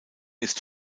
ist